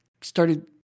started